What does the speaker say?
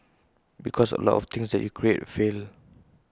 because A lot of things that you create fail